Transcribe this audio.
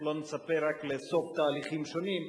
ולא נצפה רק לסוף תהליכים שונים.